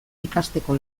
ikasteko